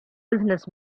business